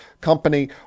company